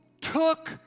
took